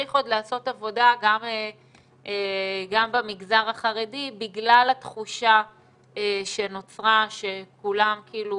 צריך לעשות עוד עבודה גם במגזר החרדי בגלל התחושה שנוצרה שכולם כאילו